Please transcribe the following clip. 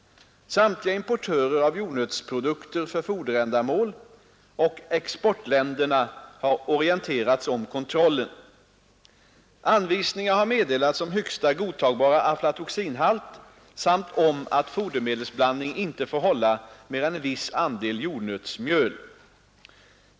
Samtliga importörer av jordnötsprodukter för foderändamål och exportländerna har orienterats om kontrollen. Anvisningar har meddelats om högsta godtagbara aflatoxinhalt samt om att fodermedelsblandning inte får hålla mer än viss andel jordnötsmjöl.